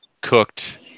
cooked